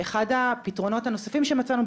אחד הפתרונות הנוספים שמצאנו,